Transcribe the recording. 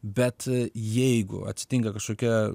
bet jeigu atsitinka kažkokia